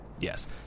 Yes